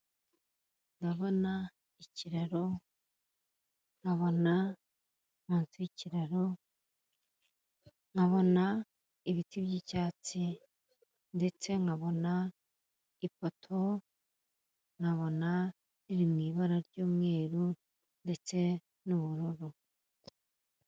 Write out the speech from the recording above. Ndabona ikiraro, nkabona munsi yikiraro, nkabona ibiti by'icyatsi ndetse nkabona ipoto nkabona riri m'ibara ry'umweru ndetse n'ubururu.